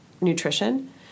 nutrition